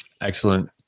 Excellent